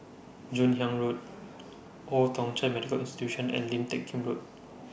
Joon Hiang Road Old Thong Chai Medical Institution and Lim Teck Kim Road